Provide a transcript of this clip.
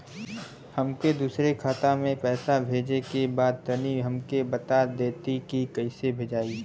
हमके दूसरा खाता में पैसा भेजे के बा तनि हमके बता देती की कइसे भेजाई?